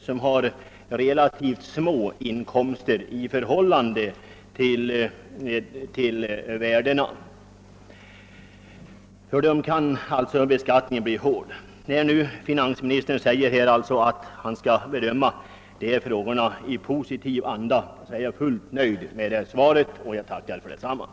Fastighetsskatten kan hårt drabba dem som har relativt små in När finansministern nu säger att dessa frågor skall bedömas i positiv anda är jag fullt nöjd, och jag tackar än en gång för svaret.